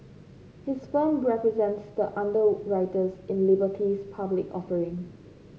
his firm represents the underwriters in Liberty's public offering